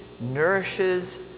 nourishes